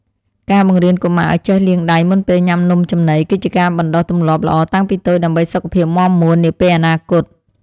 ការបង្រៀនកុមារឱ្យចេះលាងដៃមុនពេលញ៉ាំនំចំណី គឺជាការបណ្តុះទម្លាប់ល្អតាំងពីតូចដើម្បីសុខភាពមាំមួននាពេលអនាគត។